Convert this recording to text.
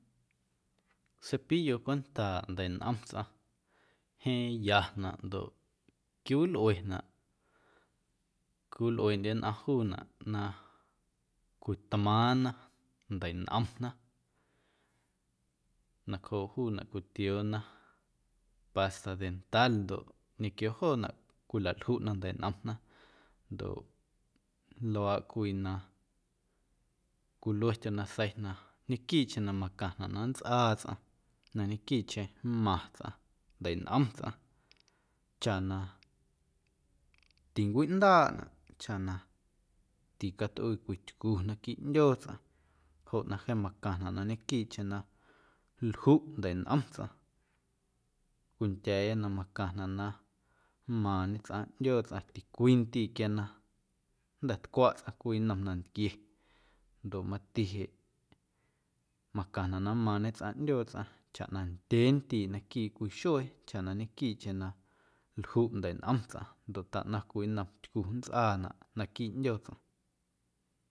Cepillo cwentaaꞌ ndeiꞌnꞌom tsꞌaⁿ jeeⁿ yanaꞌ ndoꞌ quiwilꞌuenaꞌ, quiwilꞌueeꞌndye nnꞌaⁿ juunaꞌ na cwitmaaⁿna ndeiꞌnꞌomna nacjooꞌ juunaꞌ cwitioona pasta dental ndoꞌ ñequio joonaꞌ cwilaljuꞌna ndeiꞌnꞌomna ndoꞌ luaaꞌ cwii na cwilue tyonasei na ñequiiꞌcheⁿ na macaⁿnaꞌ na nntsꞌaa tsꞌaⁿ na ñequiiꞌcheⁿ na nmaⁿ tsꞌaⁿ ndeiꞌnꞌom tsꞌaⁿ chaꞌ na tincwiꞌndaaꞌnaꞌ, chaꞌ na ticatꞌuii cwii tycu naquiiꞌ ꞌndyoo tsꞌaⁿ joꞌ na jeeⁿ macaⁿnaꞌ na nequiiꞌcheⁿ na ljuꞌ ndeiꞌnꞌom tsꞌaⁿ, cwindya̱a̱ya na macaⁿnaꞌ na nmaaⁿñe tsꞌaⁿ ꞌndyoo tsꞌaⁿ ticwii ndiiꞌ quia na jnda̱ tcwaꞌ tsꞌaⁿ cwii nnom nantquie ndoꞌ mati jeꞌ macaⁿnaꞌ na nmaaⁿñe tsꞌaⁿ ꞌndyoo tsꞌaⁿ chaꞌ na ndyee ndiiꞌ naquiiꞌ cwii xuee chaꞌ na ñequiiꞌcheⁿ na ljuꞌ ndeiꞌnꞌom tsꞌaⁿ ndoꞌ taꞌnaⁿ cwii nnom tycu nntsꞌaanaꞌ naquiiꞌ ꞌndyoo tsꞌaⁿ.